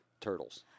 turtles